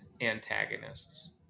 antagonists